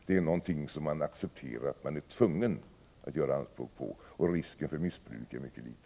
Det är någonting som man accepterar att man är tvungen att göra anspråk på, och risken för missbruk är mycket liten.